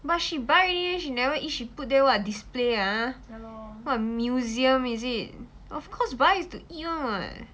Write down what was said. but she buy already then she never eat she put there are [what] display a museum is it of course buy is to eat [one] [what]